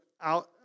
out